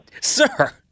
sir